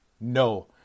No